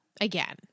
again